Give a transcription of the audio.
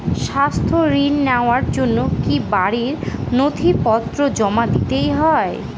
স্বাস্থ্য ঋণ নেওয়ার জন্য কি বাড়ীর নথিপত্র জমা দিতেই হয়?